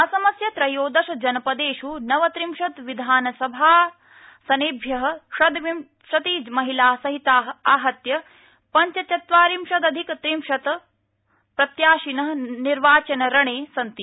असमस्य त्रयोदशजनपदेष् नवत्रिंशत् विधानसभासनेभ्यःषड्विंशतिः महिलाः सहिताः आहत्य पञ्चचत्वार्रिंशदधिकविशतं प्रत्याशिनः निर्वाचनरणे सन्ति